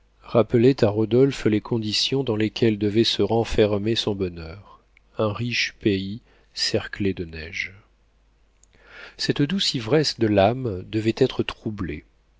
rappelaient à rodolphe les conditions dans lesquelles devait se renfermer son bonheur un riche pays cerclé de neige cette douce ivresse de l'âme devait être troublée